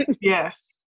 Yes